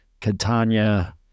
Catania